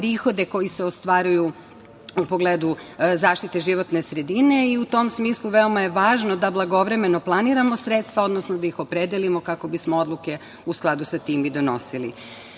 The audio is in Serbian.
koji se ostvaruju u pogledu zaštite životne sredine i u tom smislu veoma je važno da blagovremeno planiramo sredstva, odnosno da ih opredelimo kako bismo odluke u skladu sa time i donosili. Dakle,